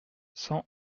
cent